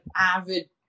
avid